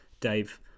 Dave